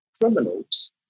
criminals